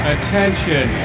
Attention